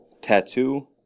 tattoo